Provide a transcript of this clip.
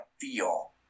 feel